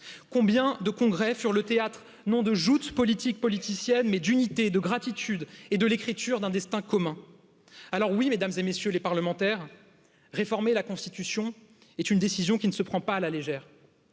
combien de congrès furent le théâtre. Non de joutes politiques politiciennes mais d'unité de gratitude de l'écriture d'un destin commun. Alors Mᵐᵉˢ et MM. les parlementaires réformer la Constitution est une décision qui nee se prend pas à la légère